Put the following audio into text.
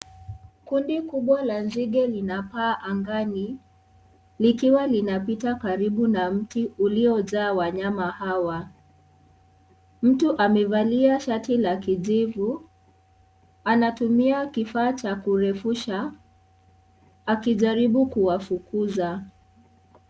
Kundi kubwa la nzige linapaa angani likiwa linapita karibu na mti uliojaa wanyama hawa. Mtu amevalia shati la kijivu anatumia kifaa cha kurefusha akijaribu kuwafukuza.